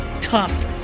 Tough